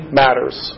matters